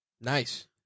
Nice